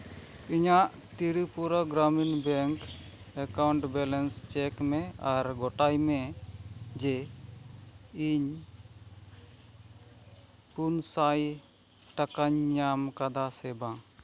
ᱤᱧᱟᱹᱜ Tripura Gramin bank account balance check ᱢᱮ ᱟᱨ ᱜᱳᱴᱟᱭ ᱢᱮ ᱡᱮ ᱤᱧ ᱯᱩᱱ ᱥᱟᱭ ᱴᱟᱠᱟᱧ ᱧᱟᱢᱠᱟᱫᱟ ᱥᱮ ᱵᱟᱝ